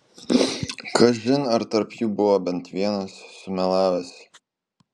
kažin ar tarp jų buvo bent vienas sumelavęs